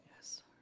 Yes